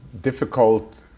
difficult